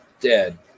dead